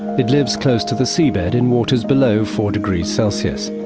it lives close to the sea bed in waters below four degrees celsius.